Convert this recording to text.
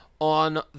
on